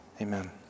Amen